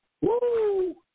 Woo